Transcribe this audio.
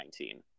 2019